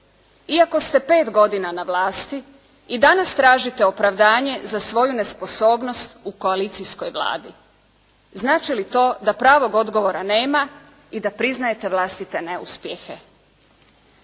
Iako ste pet godina na vlasti i danas tražite opravdanje za svoju nesposobnost u koalicijskoj Vladi. Znači li to da pravog odgovora nema i da priznajete vlastite neuspjehe?